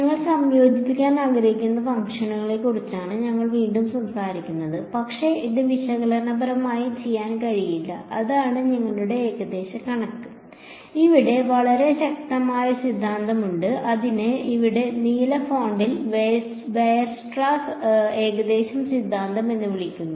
ഞങ്ങൾ സംയോജിപ്പിക്കാൻ ആഗ്രഹിക്കുന്ന ഫംഗ്ഷനുകളെക്കുറിച്ചാണ് ഞങ്ങൾ വീണ്ടും സംസാരിക്കുന്നത് പക്ഷേ അത് വിശകലനപരമായി ചെയ്യാൻ കഴിയില്ല അതാണ് ഞങ്ങളുടെ ഏകദേശ കണക്ക് ഇവിടെ വളരെ ശക്തമായ ഒരു സിദ്ധാന്തം ഉണ്ട് അതിനെ ഇവിടെ നീല ഫോണ്ടിൽ വെയർസ്ട്രാസ് ഏകദേശ സിദ്ധാന്തം എന്ന് വിളിക്കുന്നു